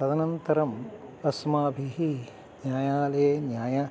तदनन्तरम् अस्माभिः न्यायालये न्याये